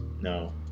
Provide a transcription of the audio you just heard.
no